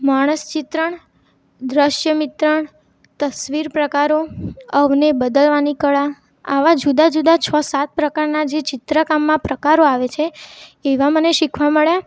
માણસ ચિત્રણ દૃશ્ય મિત્રણ તસવીર પ્રકારો અવને બદલવાની કળા આવા જુદા જુદા છ સાત પ્રકારના જે ચિત્રકામમાં પ્રકારો આવે છે એવા મને શીખવા મળ્યા